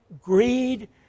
greed